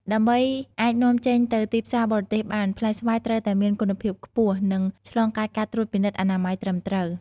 ដើម្បីអាចនាំចេញទៅទីផ្សារបរទេសបាន ផ្លែស្វាយត្រូវតែមានគុណភាពខ្ពស់ និងឆ្លងកាត់ការត្រួតពិនិត្យអនាម័យត្រឹមត្រូវ។